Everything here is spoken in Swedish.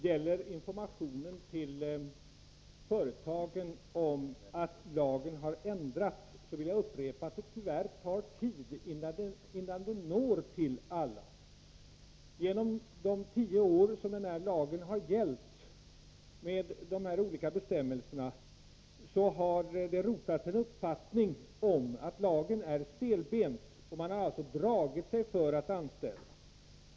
Herr talman! Jag vill upprepa att det tyvärr tar tid innan informationen till företagen om att lagen har ändrats når till alla. Under de tio år som lagen med de här olika bestämmelserna har gällt har det rotats en uppfattning om att lagen är stelbent, och man har alltså dragit sig för att anställa.